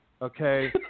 okay